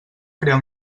crear